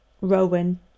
Rowan